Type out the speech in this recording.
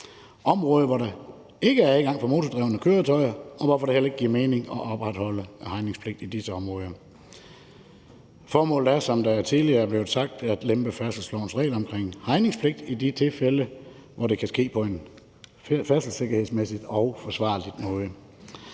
områder, hvor der ikke er adgang for motordrevne køretøjer, hvorfor det heller ikke giver mening at opretholde hegningspligten i disse områder. Formålet er, som det tidligere er blevet sagt, at lempe færdselslovens regler om hegningspligt i de tilfælde, hvor det kan ske på en færdselssikkerhedsmæssigt forsvarlig måde.